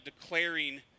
declaring